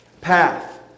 path